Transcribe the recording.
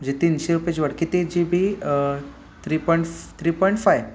मजे तीनशे रुपयाची वाढ किती G B three point three point five